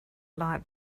like